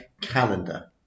calendar